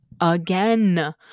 Again